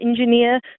engineer